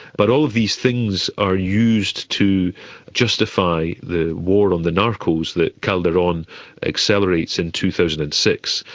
but all these things are used to justify the war on the narcos that calderon accelerates in two thousand and six.